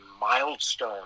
milestone